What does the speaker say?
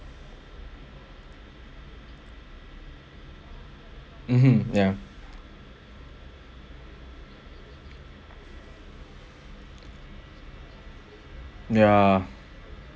mmhmm ya yeah